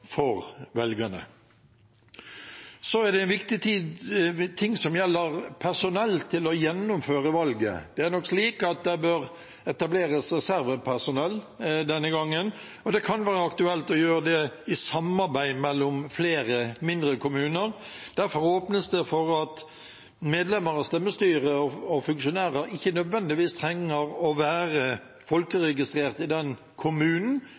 for velgerne. Så er det en viktig ting som gjelder personell for å gjennomføre valget. Det er nok slik at det bør etableres reservepersonell denne gangen, og det kan være aktuelt å gjøre det i samarbeid mellom flere mindre kommuner. Derfor åpnes det for at medlemmer av stemmestyre og funksjonærer ikke nødvendigvis trenger å være folkeregistrert i den kommunen